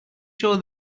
show